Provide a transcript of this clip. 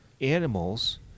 animals